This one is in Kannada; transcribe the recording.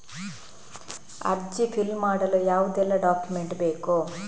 ಅರ್ಜಿ ಫಿಲ್ ಮಾಡಲು ಯಾವುದೆಲ್ಲ ಡಾಕ್ಯುಮೆಂಟ್ ಬೇಕು?